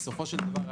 בסופו של דבר,